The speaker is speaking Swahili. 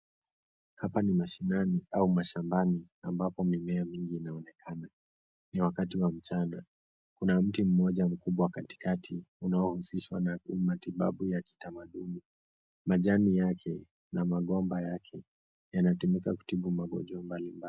Hapa ni mashinani au mashambani, ambapo mimea mingi inaonekana. Ni wakati wa mchana. Kuna mti mmoja mkubwa katikati unaohusishwa na matibabu ya kitamaduni. Majani yake na magomba yake, yanatumika kutibu magonjwa mbali mbali.